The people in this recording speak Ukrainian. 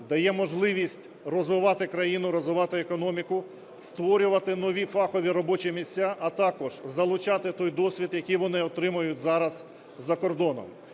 дає можливість розвивати країну, розвивати економіку, створювати нові фахові робочі місця, а також залучати той досвід, який вони отримують зараз за кордоном.